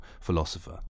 philosopher